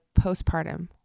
postpartum